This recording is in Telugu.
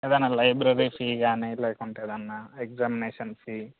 ఏదన్న లైబ్రరీ ఫీ కానీ లేకుంటే ఏదన్న ఎగ్జామినేషన్ ఫీ